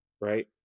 right